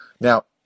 Now